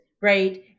right